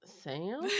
Sam